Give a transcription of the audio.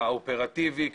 האופרטיבי,